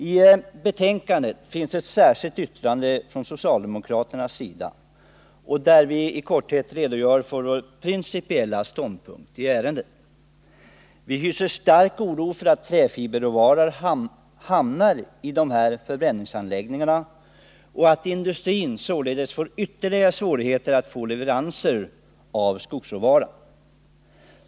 I betänkandet finns ett särskilt yttrande från socialdemokraterna, där vi i korthet redogör för vår principiella ståndpunkt i ärendet. Vi hyser stark oro för att träfiberråvaran hamnar i förbränningsanläggningar och att industrin således får ytterligare svårigheter att erhålla leveranser av skogsråvara.